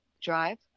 drive